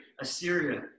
Assyria